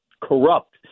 corrupt